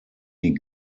die